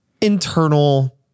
internal